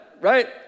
right